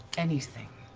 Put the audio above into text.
anything?